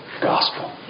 gospel